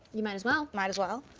you might as well. might as well.